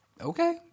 Okay